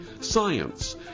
science